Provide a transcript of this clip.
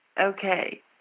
Okay